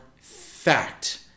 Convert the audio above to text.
fact